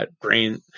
brain